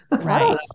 Right